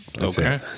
Okay